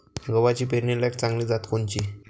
गव्हाची पेरनीलायक चांगली जात कोनची?